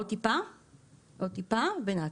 עצוב.